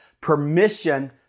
Permission